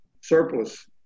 surplus